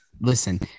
listen